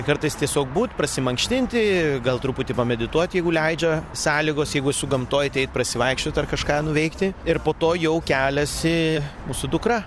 kartais tiesiog būt prasimankštinti gal truputį pamedituot jeigu leidžia sąlygos jeigu esu gamtoj tai eit pasivaikščiot ar kažką nuveikti ir po to jau keliasi mūsų dukra